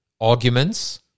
arguments